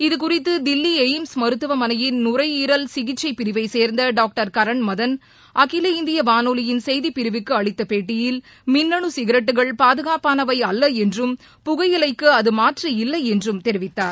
இது குறித்து தில்லி எய்ம்ஸ் மருத்துவமனையின் நுரை ஈரல் சிகிச்சை பிரிவை சேர்ந்த டாக்டர் கரண் மதன் அகில இந்திய வானொலியின் செய்திப்பிரிவுக்கு அளித்த பேட்டியில் மின்னணு சிகரெட்டுகள் பாதுகாப்பானவை அல்ல என்றும் புகையிலைக்கு அது மாற்று இல்லை என்றும் தெரிவித்தார்